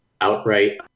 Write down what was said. outright